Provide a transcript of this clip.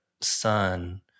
son